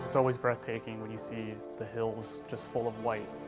so always breathtaking when you see the hills, just full of white.